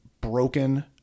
broken